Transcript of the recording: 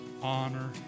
honor